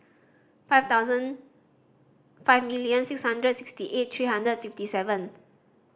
five thousand five million six hundred sixty eight three hundred fifty seven